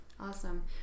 Awesome